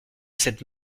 cette